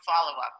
follow-up